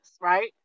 right